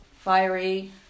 fiery